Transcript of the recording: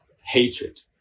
hatred